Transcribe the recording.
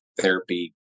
therapy